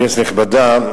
כנסת נכבדה,